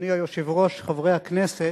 אדוני היושב-ראש, חברי הכנסת,